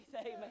amen